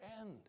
end